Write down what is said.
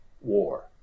war